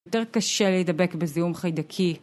יותר קשה להידבק בזיהום חיידקי